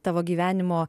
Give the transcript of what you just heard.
tavo gyvenimo